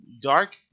Dark